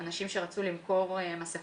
אנשים שרצו למכור מסכות.